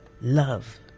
love